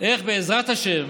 איך, בעזרת השם,